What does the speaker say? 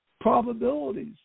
probabilities